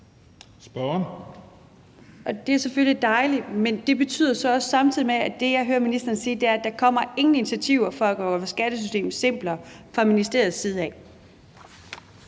det, jeg hører ministeren sige, betyder så samtidig, at der ikke kommer nogen initiativer til at gøre skattesystemet simplere fra ministeriets side.